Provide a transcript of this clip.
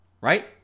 Right